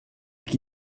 qui